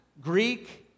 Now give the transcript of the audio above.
Greek